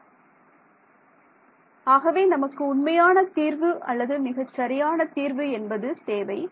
மாணவர் ஆகவே நமக்கு உண்மையான தீர்வு அல்லது மிகச் சரியான தீர்வு என்பது தேவை